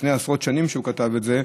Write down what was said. לפני עשרות שנים הוא כתב את זה,